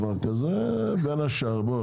דבר כזה, בין השאר.